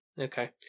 okay